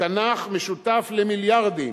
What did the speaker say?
התנ"ך משותף למיליארדים,